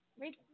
Right